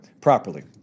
properly